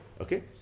Okay